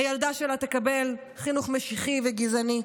הילדה שלה תקבל חינוך משיחי וגזעני,